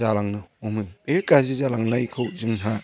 जालांनो हमो बे गाज्रि जालांनायखौ जोंहा